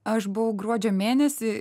aš buvau gruodžio mėnesį